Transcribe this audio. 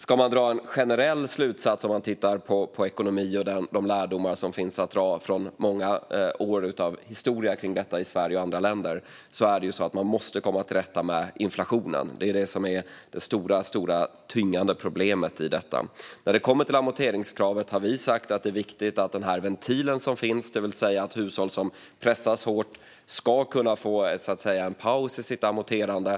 Ska man dra en generell slutsats av att titta på ekonomin och på lärdomarna från många års historia kring detta, i Sverige och i andra länder, är det att man måste komma till rätta med inflationen. Det är den som är det stora, tyngande problemet i detta. När det kommer till amorteringskravet har vi sagt att det är viktigt med den ventil som finns, det vill säga att hushåll som pressas hårt ska kunna få en paus i sitt amorterande.